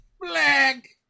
Black